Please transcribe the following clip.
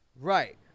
Right